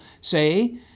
say